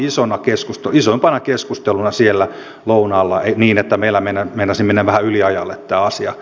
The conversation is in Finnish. tämä oli isoimpana keskusteluna siellä lounaalla niin että meillä meinasi mennä vähän yliajalle tämä asia